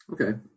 Okay